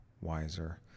wiser